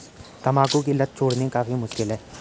तंबाकू की लत छोड़नी काफी मुश्किल है